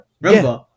Remember